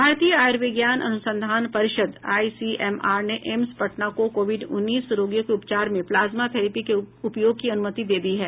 भारतीय आयुर्विज्ञान अनुसंधान परिषद आईसीएमआर ने एम्स पटना को कोविड उन्नीस रोगियों के उपचार में प्लाज्मा थेरेपी के उपयोग की अनुमति दे दी है